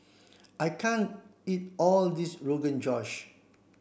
I can't eat all of this Rogan Josh